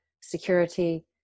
security